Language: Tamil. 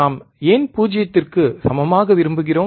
நாம் ஏன் 0 க்கு சமமாக விரும்புகிறோம்